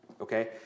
okay